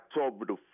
October